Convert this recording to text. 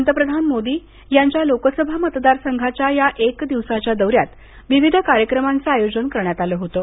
पंतप्रधान मोदी यांच्या लोकसभा मतदारसंघाच्या या एक दिवसाच्या दौऱ्यात विविध कार्यक्रमांचं आयोजन करण्यात आलं होतं